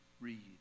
read